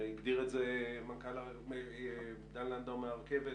הגדיר את זה יפה דן לנדאו מהרכבת,